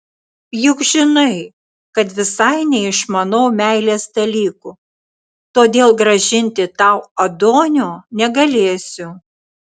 juk žinai kad visai neišmanau meilės dalykų todėl grąžinti tau adonio negalėsiu